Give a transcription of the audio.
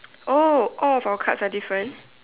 oh all of our cards are different